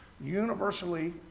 universally